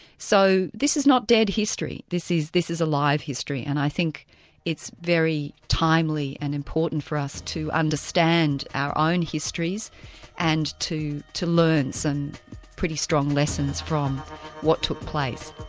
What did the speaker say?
so this is not dead history, this is this is alive history, and i think it's very timely and important for us to understand our own histories and to to learn some pretty strong lessons from what took place.